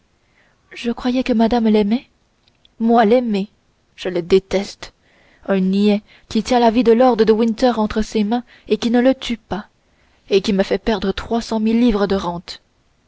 je croyais que madame l'aimait moi l'aimer je le déteste un niais qui tient la vie de lord de winter entre ses mains et qui ne le tue pas et qui me fait perdre trois cent mille livres de rente